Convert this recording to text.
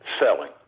selling